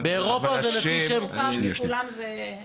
אבל אם ניקח לדוגמה את השם יצחק,